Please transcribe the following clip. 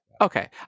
Okay